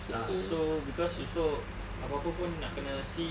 ah so cause also apa-apapun nak kena see